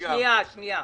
וידל.